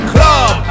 Club